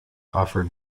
offered